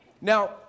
Now